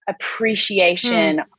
appreciation